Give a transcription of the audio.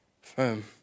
firm